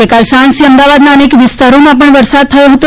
ગઈકાલે સાંજથી અમદાવાદનાં અનેક વિસ્તારોમાં વરસાદ થયો હતો